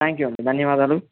thank you అండి ధన్యవాదాలు